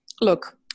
Look